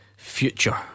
Future